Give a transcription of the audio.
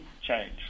change